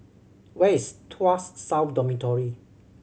where is Tuas South Dormitory